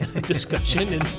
discussion